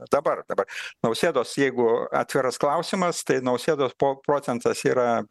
dabar dabar nausėdos jeigu atviras klausimas tai nausėdos po procentas yra